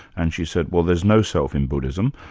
and she said, well there's no self in buddhism,